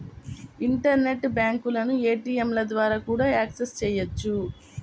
internet బ్యాంకులను ఏటీయంల ద్వారా కూడా యాక్సెస్ చెయ్యొచ్చు